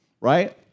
right